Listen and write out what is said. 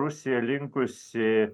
rusija linkusi